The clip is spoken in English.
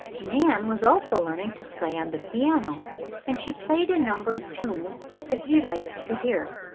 nan was also learning to play on the piano and she played a number of tunes that he liked to hear.